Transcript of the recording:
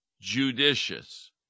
judicious